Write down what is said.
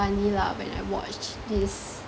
funny lah when I watch this